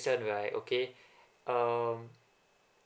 right okay um